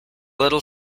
little